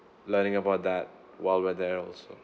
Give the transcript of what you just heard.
learning about that while we're there also